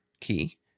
key